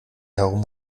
herum